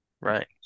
Right